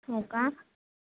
हो का